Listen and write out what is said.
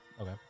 Okay